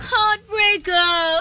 Heartbreaker